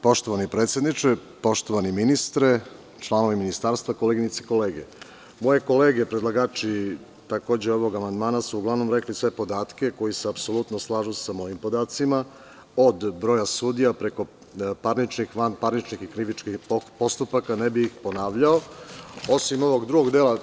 Poštovani predsedniče, poštovani ministre, članovi ministarstva, koleginice i kolege, moje kolege predlagači takođe ovog amandmana su uglavnom rekli sve podatke koji se apsolutno slažu sa mojim podacima, od broja sudija, preko parničnih, vanparničnih i krivičnih postupaka, tako da ne bih ponavljao, osim ovog drugog dela.